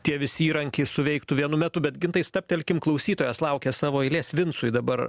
tie visi įrankiai suveiktų vienu metu bet gintai stabtelkim klausytojas laukia savo eilės vincui dabar